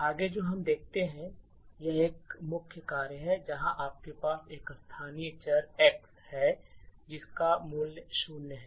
आगे जो हम देखते हैं यह एक मुख्य कार्य है जहां आपके पास एक स्थानीय चर x है जिसका मूल्य शून्य है